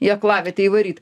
į aklavietę įvaryt